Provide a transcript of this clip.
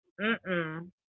Mm-mm